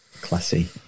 Classy